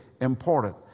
important